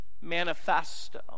manifesto